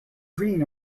green